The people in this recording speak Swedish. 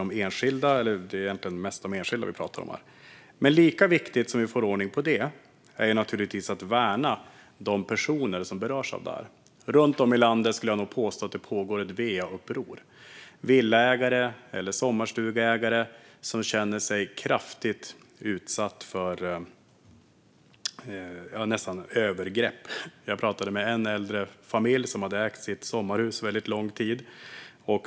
Det är egentligen mest de enskilda vi pratar om här. Lika viktigt som att vi får ordning på det är att värna de personer som berörs av detta. Jag skulle nog påstå att det runt om i landet pågår ett va-uppror. Det är villaägare eller sommarstugeägare som känner sig kraftigt utsatta för något som nästan liknar övergrepp. Jag talade med en äldre familj som hade ägt sitt sommarhus under väldigt lång tid.